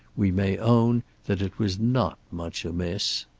we may own that it was not much amiss.